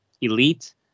Elite